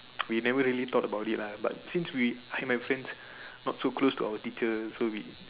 we never really thought about it lah but since we like my friends not so close to our teacher so we